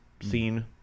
scene